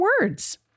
words